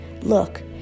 Look